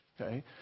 Okay